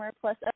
plus